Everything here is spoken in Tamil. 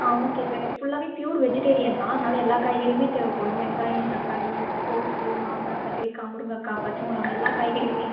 ஓகே சார் ஃபுல்லாகவே பியூர் வெஜிடேரியன் தான் அதனால எல்லா காய்கறியுமே தேவைபப்டும் வெங்காயம் தக்காளி கோஸ் மாங்காய் கத்திரிக்காய் முருங்கக்காய் பச்சைமொளகா எல்லாக் காய்கறியுமே